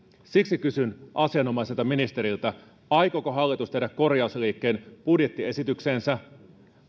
siksi kysyn asianomaiselta ministeriltä aikooko hallitus tehdä korjausliikkeen budjettiesitykseensä